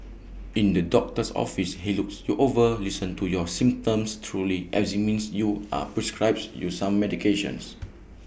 in the doctor's office he looks you over listens to your symptoms examines you are prescribes you some medications